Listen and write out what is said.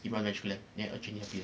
you rub a magical lamp then a genie appear